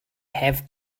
have